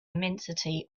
immensity